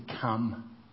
come